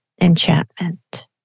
enchantment